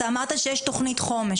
אתה אמרת שיש תוכנית חומש,